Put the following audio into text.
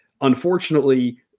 unfortunately